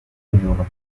digiuno